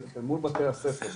אל מול בבתי הספר,